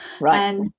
Right